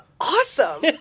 awesome